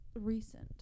recent